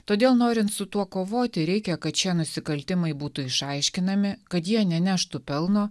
todėl norint su tuo kovoti reikia kad šie nusikaltimai būtų išaiškinami kad jie neneštų pelno